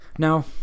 Now